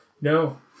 No